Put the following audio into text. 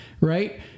right